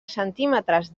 centímetres